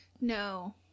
No